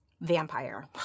Vampire